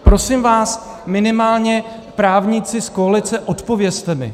Prosím vás, minimálně právníci z koalice, odpovězte mi.